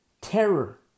terror